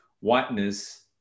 whiteness